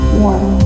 warm